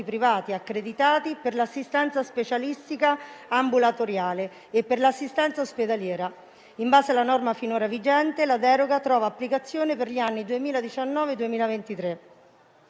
privati accreditati per l'assistenza specialistica ambulatoriale e per l'assistenza ospedaliera. In base alla norma finora vigente, la deroga trova applicazione per gli anni 2019-2023.